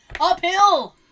Uphill